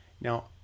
now